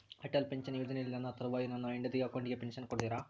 Atal pension ಯೋಜನೆಯಲ್ಲಿ ನನ್ನ ತರುವಾಯ ನನ್ನ ಹೆಂಡತಿ ಅಕೌಂಟಿಗೆ ಪೆನ್ಶನ್ ಕೊಡ್ತೇರಾ?